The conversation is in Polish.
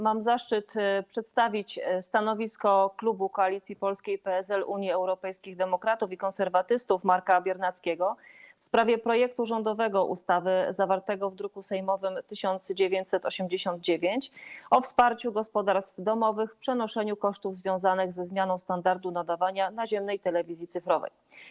Mam zaszczyt przedstawić stanowisko klubu Koalicji Polskiej, PSL, Unii Europejskich Demokratów i Konserwatystów Marka Biernackiego w sprawie rządowego projektu ustawy, zawartego w druku sejmowym nr 1989, o wsparciu gospodarstw domowych w ponoszeniu kosztów związanych ze zmianą standardu nadawania naziemnej telewizji cyfrowej.